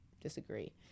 disagree